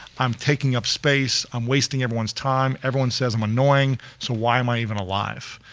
i'm taking up space, i'm wasting everyone's time, everyone says i'm annoying, so why am i even alive?